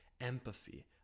empathy